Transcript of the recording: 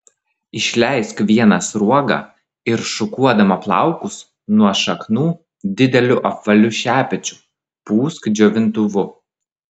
išleisk vieną sruogą ir šukuodama plaukus nuo šaknų dideliu apvaliu šepečiu pūsk džiovintuvu